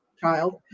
child